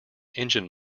engine